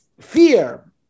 fear